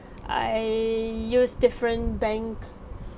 I use different bank